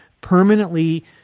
permanently